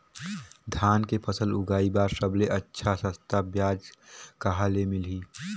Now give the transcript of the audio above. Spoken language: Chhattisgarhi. धान के फसल उगाई बार सबले अच्छा सस्ता ब्याज कहा ले मिलही?